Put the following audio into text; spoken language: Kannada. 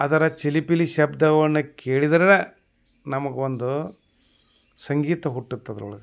ಅದರ ಚಿಲಿಪಿಲಿ ಶಬ್ದವನ್ನ ಕೇಳಿದ್ರೆ ನಮಗೆ ಒಂದು ಸಂಗೀತ ಹುಟ್ಟುತ್ತೆ ಅದ್ರೊಳಗೆ